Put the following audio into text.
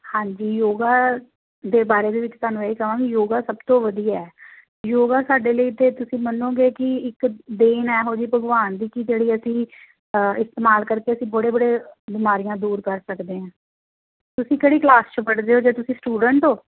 ਹਾਂਜੀ ਯੋਗਾ ਦੇ ਬਾਰੇ ਦੇ ਵਿੱਚ ਤੁਹਾਨੂੰ ਇਹੀ ਕਹਾਂਗੀ ਯੋਗਾ ਸਭ ਤੋਂ ਵਧੀਆ ਯੋਗਾ ਸਾਡੇ ਲਈ ਤਾਂ ਤੁਸੀਂ ਮੰਨੋਗੇ ਕਿ ਇੱਕ ਦੇਣ ਇਹੋ ਜਿਹੀ ਭਗਵਾਨ ਦੀ ਕਿ ਜਿਹੜੀ ਅਸੀਂ ਇਸਤੇਮਾਲ ਕਰਕੇ ਅਸੀਂ ਬੜੇ ਬੜੇ ਬਿਮਾਰੀਆਂ ਦੂਰ ਕਰ ਸਕਦੇ ਹਾਂ ਤੁਸੀਂ ਕਿਹੜੀ ਕਲਾਸ 'ਚ ਪੜ੍ਹਦੇ ਹੋ ਜਾਂ ਤੁਸੀਂ ਸਟੂਡੈਂਟ ਹੋ